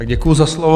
Děkuji za slovo.